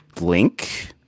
link